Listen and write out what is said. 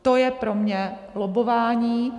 To je pro mě lobbování.